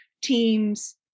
teams